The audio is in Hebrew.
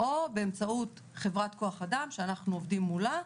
או באמצעות חברת כוח אדם שאנחנו עובדים מולה.